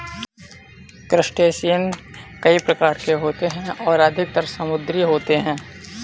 crustacean कई प्रकार के होते हैं और अधिकतर समुद्री होते हैं